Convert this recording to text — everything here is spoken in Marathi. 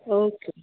ओके